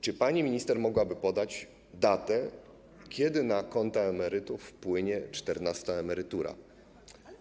Czy pani minister mogłaby podać datę, kiedy na konta emerytów wpłynie czternasta emerytura?